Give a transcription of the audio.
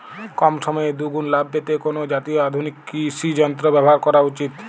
কম সময়ে দুগুন লাভ পেতে কোন জাতীয় আধুনিক কৃষি যন্ত্র ব্যবহার করা উচিৎ?